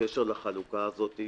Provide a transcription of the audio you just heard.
בקשר לחלוקה הזאת,